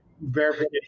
verification